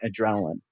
adrenaline